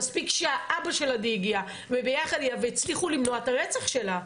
מספיק שהאבא של עדי הגיע וביחד הם הצליחו למנוע את הרצח שלה.